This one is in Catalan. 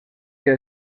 que